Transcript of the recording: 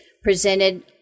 presented